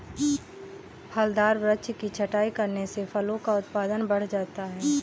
फलदार वृक्ष की छटाई करने से फलों का उत्पादन बढ़ जाता है